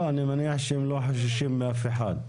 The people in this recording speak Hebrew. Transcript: לא, אני מניח שהם לא חוששים מאף אחד.